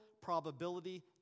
probability